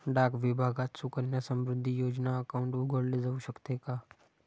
डाक विभागात सुकन्या समृद्धी योजना अकाउंट उघडले जाऊ शकते का?